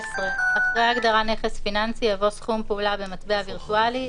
אחרי ההגדרה "נכס פיננסי" יבוא: ""סכום פעולה" במטבע וירטואלי,